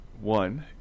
One